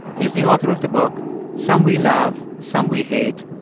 he is the author of the book some we love, some we hate,